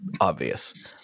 obvious